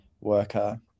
worker